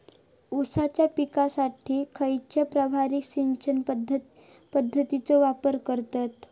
ऊसाच्या पिकासाठी खैयची प्रभावी सिंचन पद्धताचो वापर करतत?